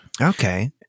Okay